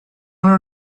learn